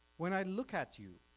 when i look at you